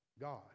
God